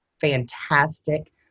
fantastic